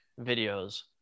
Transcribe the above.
videos